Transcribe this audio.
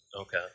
Okay